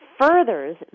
furthers